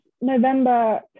November